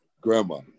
Grandma